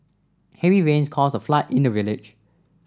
heavy rains caused a flood in the village